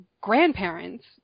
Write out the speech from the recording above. grandparents